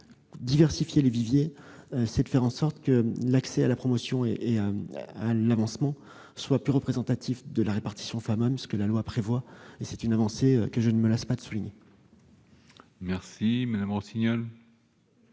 diversifier le vivier est de faire en sorte que l'accès à la promotion et à l'avancement soit plus représentatif de la répartition femmes-hommes. La loi le prévoit, et c'est une avancée que je ne me lasse pas de souligner. La parole est